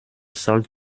sold